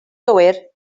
gywir